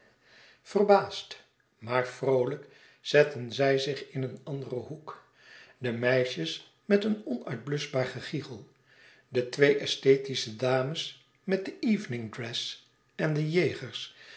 verbaasd maar vroolijk zetten zij zich in een anderen hoek de meisjes met een onuitbluschbaar gegichel de twee esthetische dames met de evening dress en de